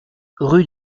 rue